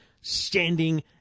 standing